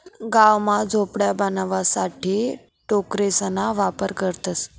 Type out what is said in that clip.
गाव मा झोपड्या बनवाणासाठे टोकरेसना वापर करतसं